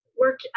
work